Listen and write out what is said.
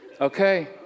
okay